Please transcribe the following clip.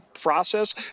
process